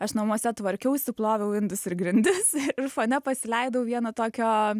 aš namuose tvarkiausi ploviau indus ir grindis ir fone pasileidau vieno tokio